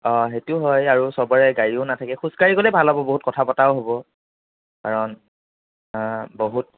অ সেইটো হয় আৰু সবৰে গাড়ীও নাথাকে খোজ কাঢ়ি গ'লে ভাল হ'ব বহুত কথা পতাও হ'ব কাৰণ বহুত